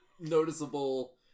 noticeable